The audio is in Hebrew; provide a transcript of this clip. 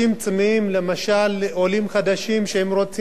עולים חדשים רוצים לדעת מה זה מדיה,